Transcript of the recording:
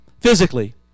physically